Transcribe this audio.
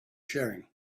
sharing